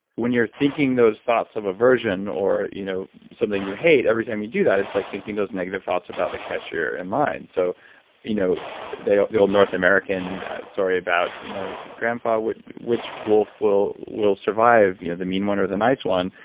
when you're thinking those thoughts of aversion or you know something you hate, every time you do that it's like thinking those negative thoughts about the cashier in line. so you know the old north american story about, you know grandpa, which wolf will will survive, you know the mean one or the nice one,